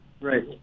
Right